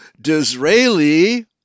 Disraeli